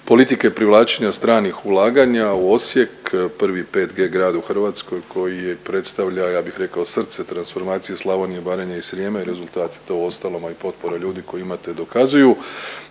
politike privlačenja stranih ulaganja u Osijek prvi 5G grad u Hrvatskoj koji je i predstavlja ja bih rekao srce transformacije Slavonije, Baranje i Srijema i rezultat je to uostalom a i potpore ljudi koje imate dokazuju,